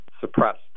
suppressed